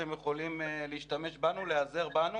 אתם יכולים להיעזר בנו,